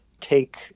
take